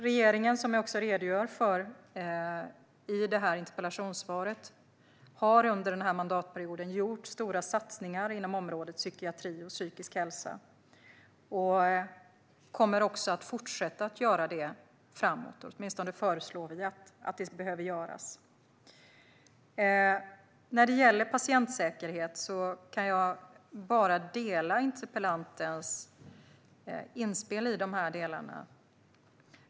Regeringen har, som jag redogjorde för i interpellationssvaret, under den här mandatperioden gjort stora satsningar på området psykiatri och psykisk hälsa och kommer också att fortsätta göra det framåt. Åtminstone föreslår vi att det ska göras. När det gäller patientsäkerhet kan jag bara instämma i interpellantens inspel.